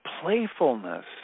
playfulness